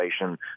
inflation